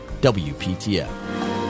WPTF